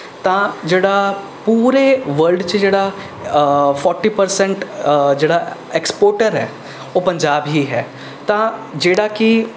ਤਾਂ ਜਿਹੜਾ ਪੂਰੇ ਵਰਲਡ 'ਚ ਜਿਹੜਾ ਫੋਰਟੀ ਪਰਸੈਂਟ ਜਿਹੜਾ ਐਕਸਪੋਰਟਰ ਹੈ ਉਹ ਪੰਜਾਬ ਹੀ ਹੈ ਤਾਂ ਜਿਹੜਾ ਕਿ